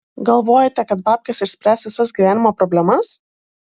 galvojate kad babkės išspręs visas gyvenimo problemas